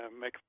make